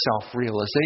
self-realization